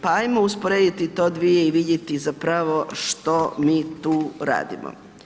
Pa hajmo usporediti to dvije i vidjeti zapravo što mi tu radimo.